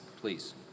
Please